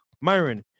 Myron